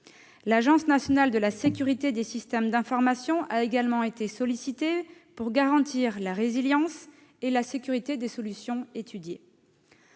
L'Agence nationale de la sécurité des systèmes d'information (Anssi) a quant à elle été sollicitée pour garantir la résilience et la sécurité des solutions étudiées.